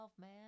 man